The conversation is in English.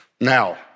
Now